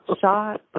shot